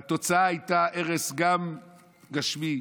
והתוצאה הייתה הרס, גם גשמי,